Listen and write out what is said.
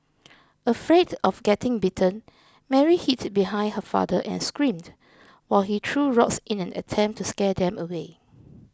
afraid of getting bitten Mary hid behind her father and screamed while he threw rocks in an attempt to scare them away